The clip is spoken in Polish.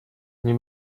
nie